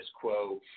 quo